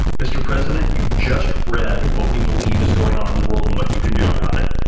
mr. president, you've just read what we believe is going on in the world and what you can do about it.